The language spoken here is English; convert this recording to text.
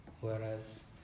Whereas